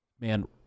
Man